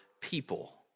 people